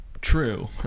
true